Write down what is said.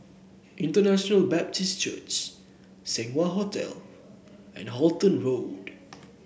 International Baptist Church Seng Wah Hotel and Halton Road